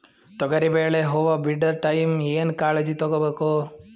ತೊಗರಿಬೇಳೆ ಹೊವ ಬಿಡ ಟೈಮ್ ಏನ ಕಾಳಜಿ ತಗೋಬೇಕು?